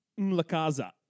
Mlakaza